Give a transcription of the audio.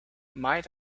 might